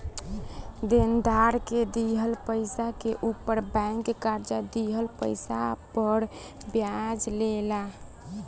देनदार के दिहल पइसा के ऊपर बैंक कर्जा दिहल पइसा पर ब्याज ले ला